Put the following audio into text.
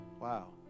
Wow